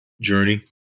journey